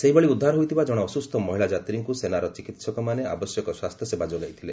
ସେହିଭଳି ଉଦ୍ଧାର ହୋଇଥିବା ଜଣେ ଅସୁସ୍ଥ ମହିଳା ଯାତ୍ରୀଙ୍କୁ ସେନାର ଚିକିତ୍ସକମାନେ ଆବଶ୍ୟକ ସ୍ୱାସ୍ଥ୍ୟସେବା ଯୋଗାଇଥିଲେ